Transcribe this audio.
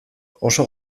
oso